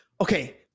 Okay